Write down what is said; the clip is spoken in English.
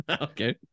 Okay